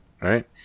right